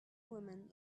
woman